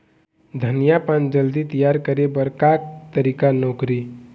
धनिया पान जल्दी तियार करे बर का तरीका नोकरी?